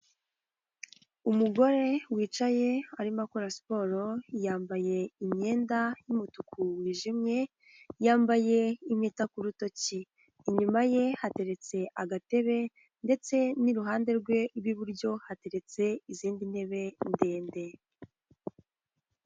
Umugore wicaye arimo akora siporo, yambaye imyenda y'umutuku wijimye, yambaye impeta ku rutoki, inyuma ye hateretse agatebe ndetse n'iruhande rwe rw'iburyo hateretse izindi ntebe ndende.